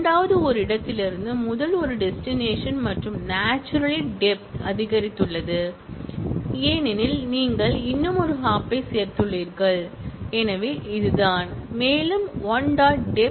இரண்டாவது ஒரு இடத்திலிருந்து முதல் ஒரு டெஸ்டினேஷன் மற்றும் நாச்சுரலி டெப்த் அதிகரித்துள்ளது ஏனென்றால் நீங்கள் இன்னும் ஒரு ஹாப்பைச் சேர்த்துள்ளீர்கள் எனவே இதுதான் மேலும் 1